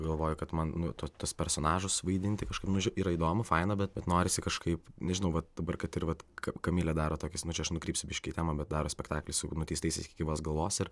galvoju kad man nu to tuos personažus vaidinti kažkaip mažiau yra įdomu faina bet bet norisi kažkaip nežinau vat dabar kad ir vat kaip kamilė daro tokias nuo čia aš nukrypsiu biškį į temą bet daro spektaklį su nuteistaisiais iki gyvos galvos ir